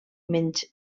menys